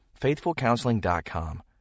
FaithfulCounseling.com